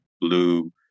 blue